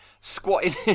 Squatting